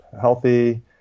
healthy